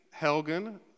Helgen